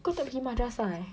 kau tak pergi madrasah eh